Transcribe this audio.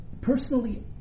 Personally